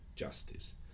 justice